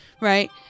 Right